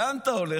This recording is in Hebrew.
לאן אתה הולך?